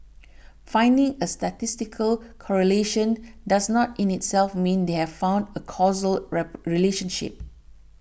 finding a statistical correlation does not in itself mean they have found a causal rap relationship